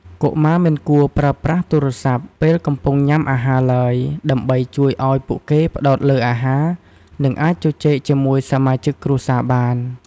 កុមារមិនគួរប្រើប្រាស់ទូរស័ព្ទ ពេលកំពុងញ៉ាំអាហារឡើយ ដើម្បីជួយឲ្យពួកគេផ្តោតលើអាហារ និងអាចជជែកជាមួយសមាជិកគ្រួសារបាន។